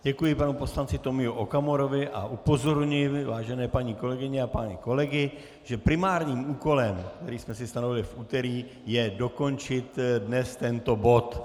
Děkuji panu poslanci Tomiu Okamurovi a upozorňuji, vážené paní kolegyně a pány kolegy, že primárním úkolem, který jsme si stanovili v úterý, je dokončit dnes tento bod.